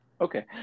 Okay